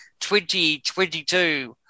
2022